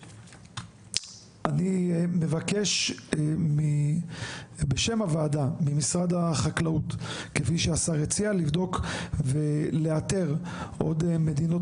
אני מבקש בשם הוועדה ממשרד החקלאות כפי שהשר הציע לבדוק ולאתר עוד מדינות